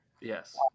Yes